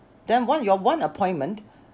then one your one appointment